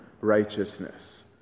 righteousness